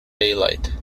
daylight